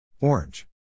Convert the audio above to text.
Orange